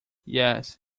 yes